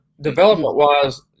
Development-wise